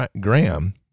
Graham